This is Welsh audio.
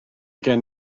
gen